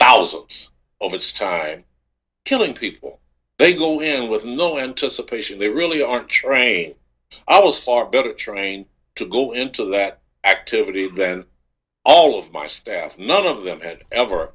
thousand of its time killing people they go in with no anticipation they really aren't trained i was far better trained to go into that activity then all of my staff none of them had ever